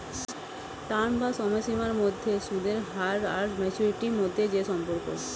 term বা সময়সীমার মধ্যে সুদের হার আর ম্যাচুরিটি মধ্যে যে সম্পর্ক